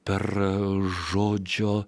per žodžio